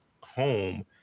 home